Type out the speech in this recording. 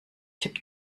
typ